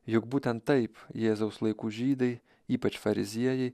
juk būtent taip jėzaus laikų žydai ypač fariziejai